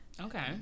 okay